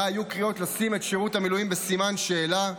שבה היו קריאות לשים את שירות המילואים בסימן שאלה,